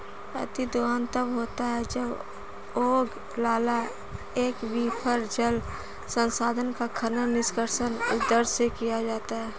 अतिदोहन तब होता है जब ओगलाला एक्वीफर, जल संसाधन का खनन, निष्कर्षण उस दर से किया जाता है